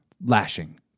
lashing